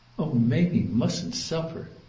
oh mamie mustn't suffer!